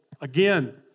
again